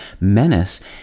Menace